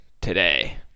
today